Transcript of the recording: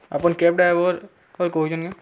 ଆପଣ cab driver କହୁଛନ୍ତି କି